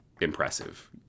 impressive